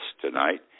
tonight